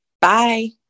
Bye